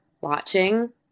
watching